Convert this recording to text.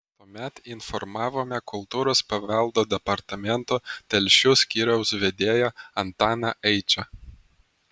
tuomet informavome kultūros paveldo departamento telšių skyriaus vedėją antaną eičą